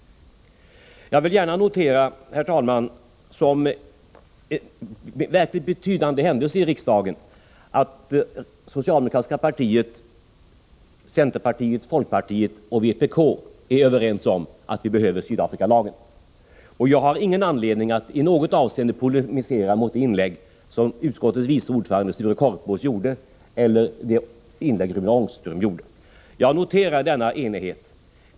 Jag vill gärna notera som en verkligt betydande händelse i riksdagen att det socialdemokratiska partiet, centerpartiet, folkpartiet och vpk är överens om att vi behöver Sydafrikalagen. Jag har ingen anledning att i något avseende polemisera mot det inlägg som utskottets vice ordförande Sture Korpås gjorde eller mot det inlägg Rune Ångström gjorde. Jag noterar denna enighet.